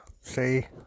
Say